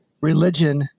religion